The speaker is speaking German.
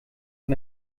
von